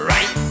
Right